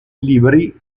libri